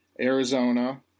arizona